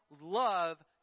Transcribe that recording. love